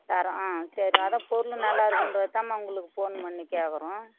தரம் ஆ சரிம்மா அதான் பொருளும் நல்லாயிருக்கும்ன்ற தான் உங்களுக்கு ஃபோன் பண்ணி கேட்குறோம்